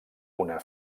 una